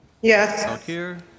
Yes